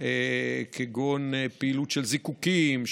כגון פעילות של זיקוקים,